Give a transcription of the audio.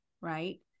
right